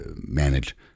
manage